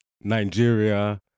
Nigeria